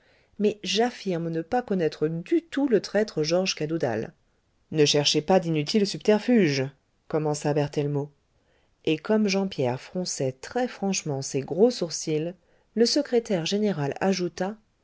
mais j'affirme ne pas connaître du tout le traître georges cadoudal ne cherchez pas d'inutiles subterfuges commença berthellemot et comme jean pierre fronçait très franchement ses gros sourcils le secrétaire général ajouta